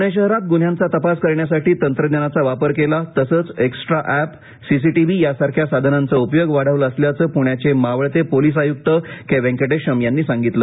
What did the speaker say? पुणे शहरात गुन्ह्यांचा तपास करण्यासाठी तंत्रज्ञानाचा वापर केला तसंच एक्स्ट्रा ऍप सीसीटीव्ही या सारख्या साधंनाचा उपयोग वाढवला असल्याचं पुण्याचे मावळते पोलिस आयुक्त के वेंकटेशम यांनी सांगीतलं